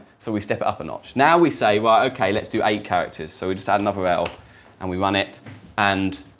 so we step it up a notch. now we say, well okay let's do eight characters, so we just add another l and we run it and.